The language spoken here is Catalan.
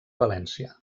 valència